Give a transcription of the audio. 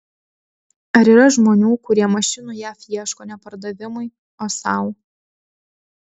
ar yra žmonių kurie mašinų jav ieško ne pardavimui o sau